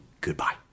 Goodbye